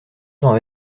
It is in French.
temps